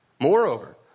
Moreover